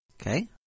Okay